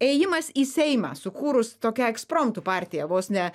ėjimas į seimą sukūrus tokią ekspromtu partija vos ne